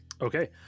Okay